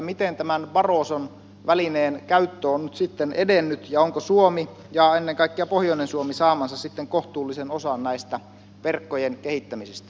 miten tämän barroson välineen käyttö on nyt sitten edennyt ja onko suomi ennen kaikkea pohjoinen suomi saamassa sitten kohtuullisen osan näistä verkkojen kehittämisistä